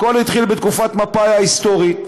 הכול התחיל בתקופת מפא"י ההיסטורית.